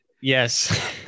yes